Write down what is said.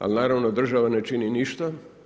Ali naravno država ne čini ništa.